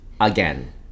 again